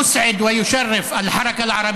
תע"ל שמחה וגאה שאתה,